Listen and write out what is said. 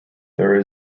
there